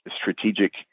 strategic